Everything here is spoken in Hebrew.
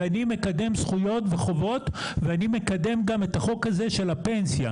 אני מקדם זכויות וחובות ואני מקדם גם את חוק הפנסיה,